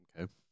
okay